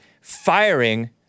firing